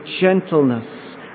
gentleness